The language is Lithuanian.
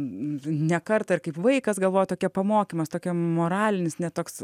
ne kartą ir kaip vaikas galvoji tokia pamokymas tokia moralinis ne toks